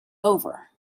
over